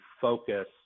focus